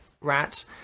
rat